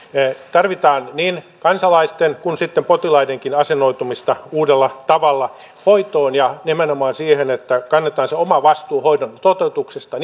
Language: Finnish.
tarvitaan niin kansalaisten kuin sitten potilaidenkin asennoitumista uudella tavalla hoitoon ja nimenomaan siihen että kannetaan se omavastuu hoidon toteutuksesta